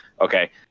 Okay